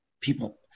people